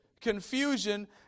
confusion